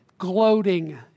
Gloating